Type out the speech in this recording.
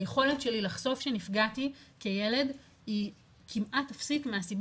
היכולת שלי לחשוף שנפגעתי כילד היא כמעט אפסית מהסיב